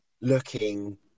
looking